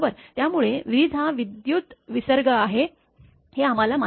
त्यामुळे वीज हा विद्युत विसर्ग आहे हे आम्हाला माहीत आहे